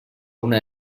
una